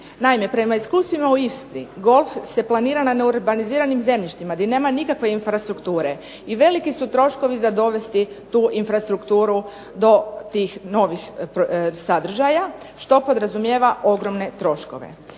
Naime, prema iskustvima u Istri golf se planira na neurbaniziranim zemljištima gdje nema nikakve infrastrukture i veliki su troškovi za dovesti tu infrastrukturu do tih novih sadržaja, što podrazumijeva ogromne troškove.